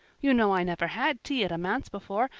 you know i never had tea at a manse before,